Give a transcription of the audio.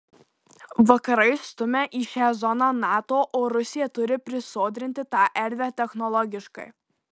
vakarai stumia į šią zoną nato o rusija turi prisodrinti tą erdvę technologiškai